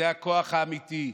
זה הכוח האמיתי.